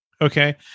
Okay